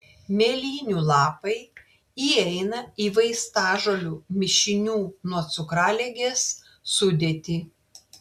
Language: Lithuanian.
mėlynių lapai įeina į vaistažolių mišinių nuo cukraligės sudėtį